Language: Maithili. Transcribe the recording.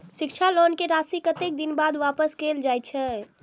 शिक्षा लोन के राशी कतेक दिन बाद वापस कायल जाय छै?